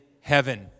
heaven